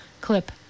clip